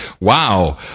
wow